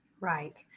Right